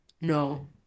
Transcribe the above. No